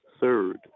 Third